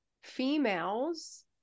females